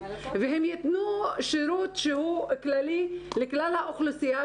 והם יתנו שרות שהוא כללי לכלל האוכלוסייה,